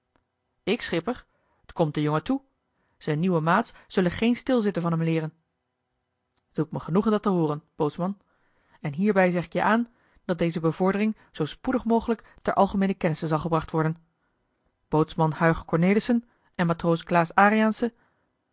ik schipper t komt den jongen toe z'n nieuwe maats zullen geen stilzitten van hem leeren t doet me genoegen dat te hooren bootsman en hierbij zeg ik je aan dat deze bevordering zoo spoedig mogelijk ter algemeene kennisse zal gebracht worden bootsman huijch cornelissen en matroos